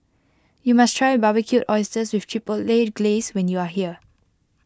you must try Barbecued Oysters with Chipotle Glaze when you are here